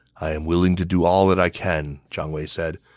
i am willing to do all that i can, jiang wei said,